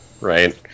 right